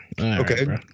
okay